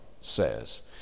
says